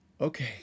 okay